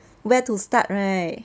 where to start right